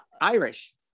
Irish